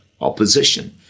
opposition